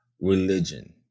religion